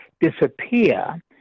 disappear